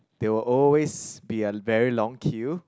there will always be a very long queue